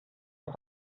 auf